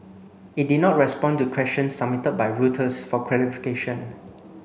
it did not respond to questions submitted by Reuters for clarification